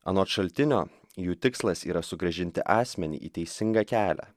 anot šaltinio jų tikslas yra sugrąžinti asmenį į teisingą kelią